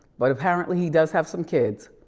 but apparently he does have some kids.